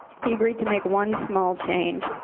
he agreed to make one small change.